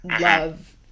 Love